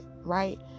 right